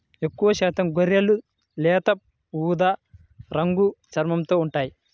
ఎక్కువశాతం గొర్రెలు లేత ఊదా రంగు చర్మంతో ఉంటాయి